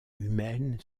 humaine